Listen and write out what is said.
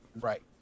Right